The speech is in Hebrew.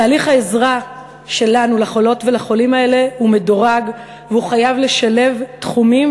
תהליך העזרה שלנו לחולות ולחולים האלה הוא מדורג והוא חייב לשלב תחומים,